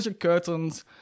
curtains